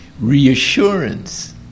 reassurance